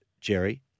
Jerry